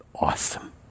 awesome